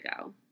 go